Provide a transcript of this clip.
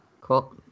Cool